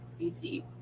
BC